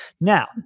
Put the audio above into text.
Now